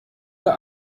der